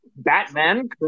Batman